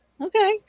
Okay